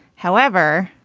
however,